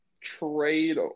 trade